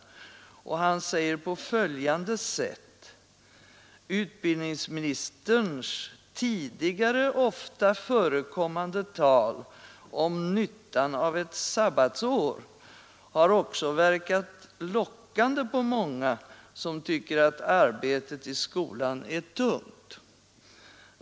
Författaren skriver: ”Utbildningsministerns tidigare ofta förekommande tal om nyttan av ett sabbatsår har också verkat lockande på många, som tycker att arbetet i skolan är tungt.